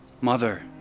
Mother